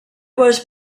was